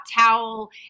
towel